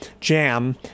jam